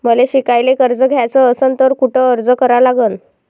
मले शिकायले कर्ज घ्याच असन तर कुठ अर्ज करा लागन?